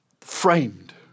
Framed